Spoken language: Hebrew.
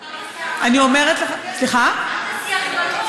אל תעשי הכללות,